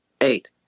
eight